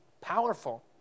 powerful